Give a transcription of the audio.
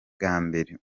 bwabereye